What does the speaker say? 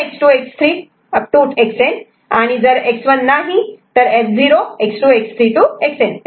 जर X1 तर X1 X2 X3 to Xn आणि जर X1 नाही तर F0 X2 X3 to Xn